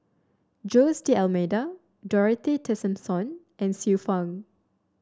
Jose D'Almeida Dorothy Tessensohn and Xiu Fang